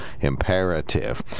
imperative